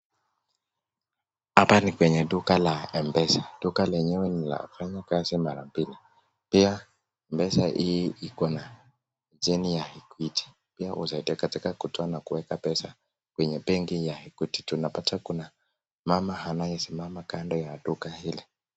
Hapa ni kwenye duka la mpesa tunaona duka lenyewe ni la wafanyakazi mara mbili pia meza hii iko na jina ya Equity pia husaidika kutoa na kuweka pesa kwenye benki ya equity. Tunapata kuna mama anayesimama kando ya duka hili.